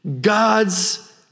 God's